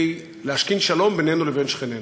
להשכנת שלום בינינו לבין שכנינו.